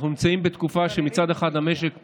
אנחנו נמצאים בתקופה שמצד אחד המשק פתוח,